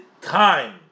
time